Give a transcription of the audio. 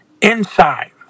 inside